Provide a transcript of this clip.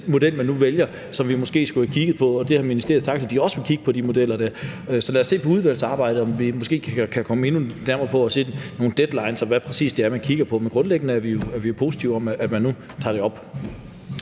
med den model, man nu vælger, som vi måske skulle have kigget på, og ministeriet har sagt, at de også vil kigge på de modeller. Så lad os se på, om vi i udvalgsarbejdet måske ikke kan komme endnu nærmere på at kunne sætte nogle deadlines og se på, hvad det helt præcis er, man kigger på. Men grundlæggende er vi positive over for, at man nu tager det op.